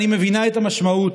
אני מבינה את המשמעות,